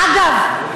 אגב,